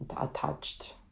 attached